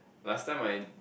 last time I